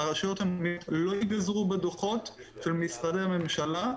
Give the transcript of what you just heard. לא ייגזרו בדוחות של משרדי הממשלה,